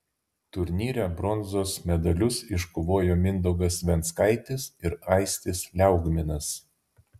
turnyre bronzos medalius iškovojo mindaugas venckaitis ir aistis liaugminas